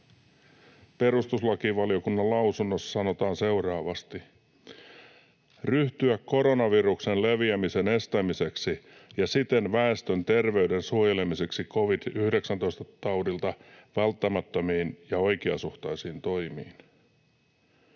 Perustuslakivaliokunnan lausunnossa sanotaan seuraavasti: ”ryhtyä koronaviruksen leviämisen estämiseksi ja siten väestön terveyden suojelemiseksi covid-19‑taudilta välttämättömiin ja oikeasuhtaisiin toimiin.